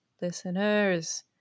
listeners